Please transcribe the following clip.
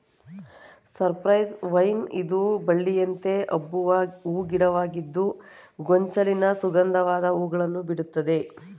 cypress vine ಇದು ಬಳ್ಳಿಯಂತೆ ಹಬ್ಬುವ ಹೂ ಗಿಡವಾಗಿದ್ದು ಗೊಂಚಲಿನ ಸುಗಂಧವಾದ ಹೂಗಳನ್ನು ಬಿಡುತ್ತದೆ